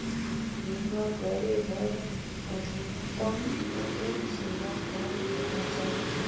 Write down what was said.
बीमा करे बर अधिकतम उम्र सीमा कौन होना चाही?